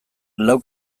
lau